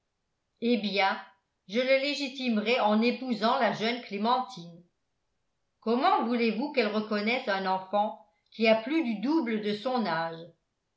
eh bien je le légitimerai en épousant la jeune clémentine comment voulez-vous qu'elle reconnaisse un enfant qui a plus du double de son âge